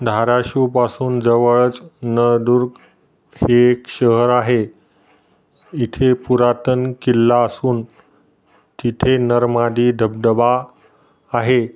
धाराशीवपासून जवळच नळदुर्ग हे एक शहर आहे इथे पुरातन किल्ला असून तिथे नर मादी धबधबा आहे